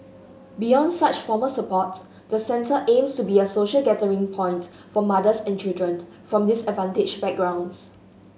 beyond such formal support the centre aims to be a social gathering point for mothers and children from disadvantaged backgrounds